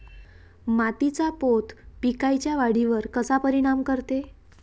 मातीचा पोत पिकाईच्या वाढीवर कसा परिनाम करते?